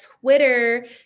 Twitter